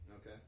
Okay